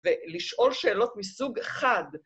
ולשאול שאלות מסוג אחד.